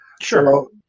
sure